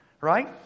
right